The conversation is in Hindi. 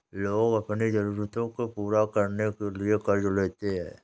लोग अपनी ज़रूरतों को पूरा करने के लिए क़र्ज़ लेते है